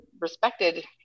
respected